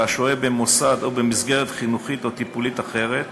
השוהה במוסד או במסגרת חינוכית או טיפולית אחרת.